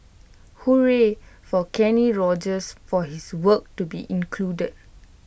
hooray for Kenny Rogers for his work to be included